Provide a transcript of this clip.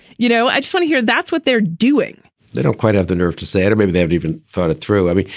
you know, i just wanna hear that's what they're doing they don't quite have the nerve to say it. or maybe they have even thought it through. i mean,